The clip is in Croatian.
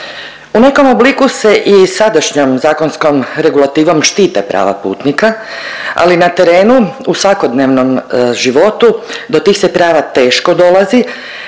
U nekom obliku se i sadašnjom zakonskom regulativom štite prava putnika, ali na terenu u svakodnevnom životu do tih se prava teško dolazi